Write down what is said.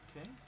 Okay